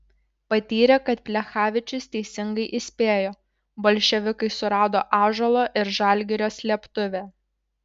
patyrė kad plechavičius teisingai įspėjo bolševikai surado ąžuolo ir žalgirio slėptuvę